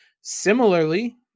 Similarly